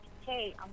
Hey